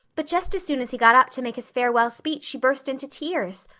but just as soon as he got up to make his farewell speech she burst into tears.